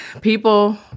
people